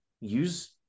Use